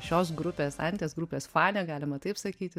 šios grupės anties grupės fanė galima taip sakyti